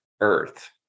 earth